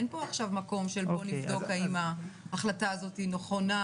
אין פה עכשיו מקום של בוא נבדוק האם ההחלטה הזאת נכונה,